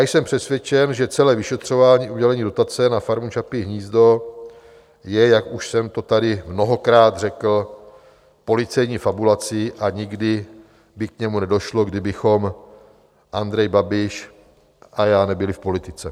Jsem přesvědčen, že celé vyšetřování udělení dotace na Farmu Čapí hnízdo je, jak už jsem to tady mnohokrát řekl, policejní fabulací a nikdy by k němu nedošlo, kdybychom Andrej Babiš a já nebyli v politice.